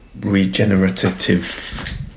regenerative